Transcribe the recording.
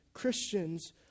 Christians